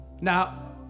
Now